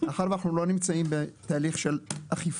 מאחר ואנחנו לא נמצאים בתהליך של אכיפה,